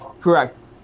Correct